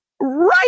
right